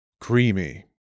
creamy